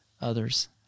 others